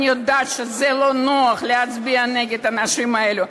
אני יודעת שזה לא נוח להצביע נגד האנשים האלו.